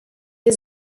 wir